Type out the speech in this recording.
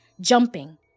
jumping